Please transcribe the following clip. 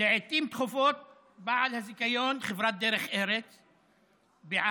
לעיתים תכופות בעל הזיכיון, חברת דרך ארץ בע"מ,